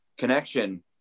connection